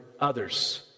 others